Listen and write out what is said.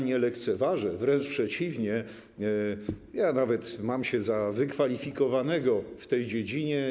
Nie lekceważę tego, wręcz przeciwnie, nawet mam się za wykwalifikowanego w tej dziedzinie.